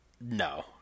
No